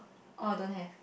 oh don't have